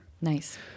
Nice